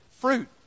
Fruit